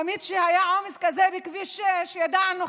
תמיד כשהיה עומס כזה בכביש 6 ידענו,